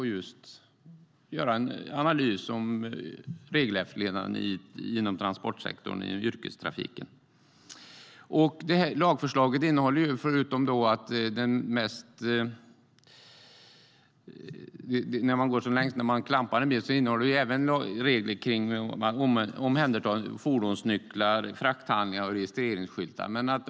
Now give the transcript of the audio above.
Det handlade om att göra en analys av regelefterlevnaden inom transportsektorn och yrkestrafiken. Lagförslaget innehåller förutom det som gäller då man går som längst, det vill säga klampning, även regler för omhändertagande av fordonsnycklar, frakthandlingar och registreringsskyltar.